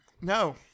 No